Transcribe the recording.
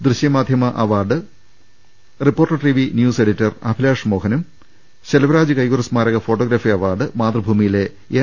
ദൃശ്യ മാധ്യമ award reporter TV news editor Abhilash മോഹ നും ശെൽവരാജ് കയ്യൂർ സ്മാരക ഫോട്ടോഗ്രാഫി അവാർഡ് മാതൃഭൂമിയിലെ എൻ